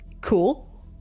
cool